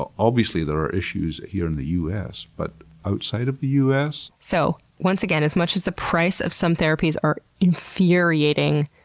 obviously there are issues here in the us, but outside of the us. so, once again as much as the price of some therapies are infuriating,